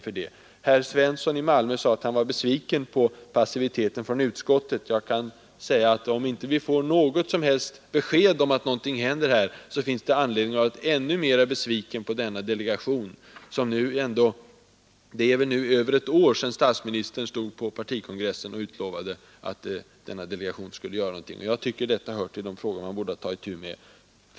Herr Svensson i Malmö framhöll att han var besviken på utskottets passivitet. Om vi inte får besked om att någonting händer, finns det ännu större anledning att bli besviken på delegationen. Det är över ett år sedan statsministern på partikongressen utlovade att denna delegation skulle göra någonting. Jag tycker detta hör till de frågor man borde ta itu med.